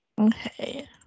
Okay